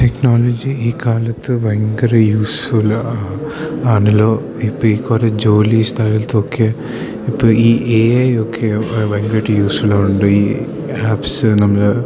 technology ഈ കാലത്ത് ഭയങ്കര യൂസ് ഉള്ളത് ആണല്ലോ ഇപ്പം ഈ കുറേ ജോലി സ്ഥലത്തൊക്കെ ഇപ്പോൾ ഈ എ ഐ ഒക്കെ ഭയങ്കരമായിട്ട് യൂസ്ഫുൾ ഉണ്ട് ഈ ആപ്സ് നമ്മൾ